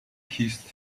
kissed